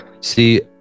See